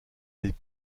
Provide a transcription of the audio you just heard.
des